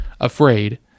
afraid